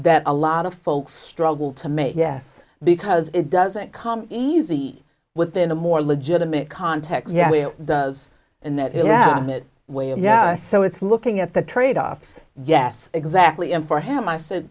that a lot of folks struggle to make yes because it doesn't come easy within a more legitimate context yeah it does and that it happened that way and yeah so it's looking at the tradeoffs yes exactly and for him i said